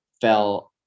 fell